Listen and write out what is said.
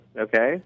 Okay